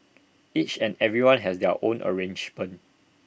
each and everyone has their own arrangement